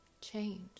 change